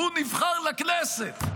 הוא נבחר לכנסת,